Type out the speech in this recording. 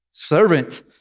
Servant